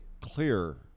clear